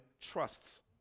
trusts